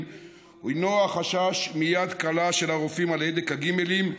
הינו החשש מיד קלה של הרופאים על הדק הגימלים,